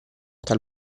tal